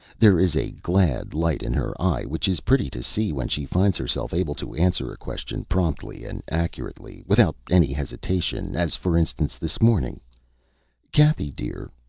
there is a glad light in her eye which is pretty to see when she finds herself able to answer a question promptly and accurately, without any hesitation as, for instance, this morning cathy dear,